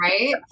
right